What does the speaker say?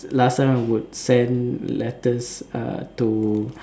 last time I would send letters uh to